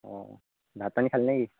অঁ ভাত পানী খালী নে কি